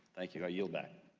thank you, i yield back.